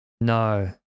No